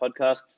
podcast